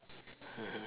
mmhmm